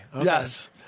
yes